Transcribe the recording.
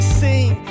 sing